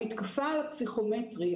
המתקפה על הפסיכומטרי,